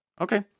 Okay